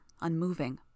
unmoving